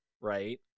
right